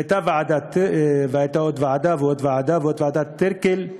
הייתה ועדה והייתה עוד ועדה ועוד ועדה ועוד ועדת טירקל,